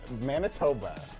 Manitoba